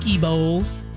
bowls